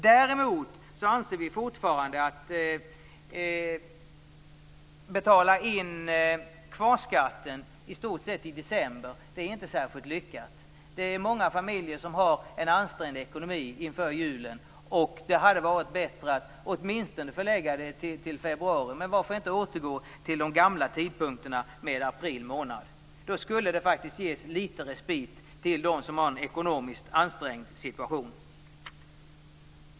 Däremot anser vi fortfarande att det inte är särskilt lyckat att betala in kvarskatt i december. Det är många familjer som har en ansträngd ekonomi inför julen. Det hade varit bättre om inbetalningstillfället hade kunnat förläggas till åtminstone februari. Men varför inte återgå till den gamla tidpunkten april månad? Då skulle det ges lite respit till dem som har en ekonomiskt ansträngd situation.